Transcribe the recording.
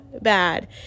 bad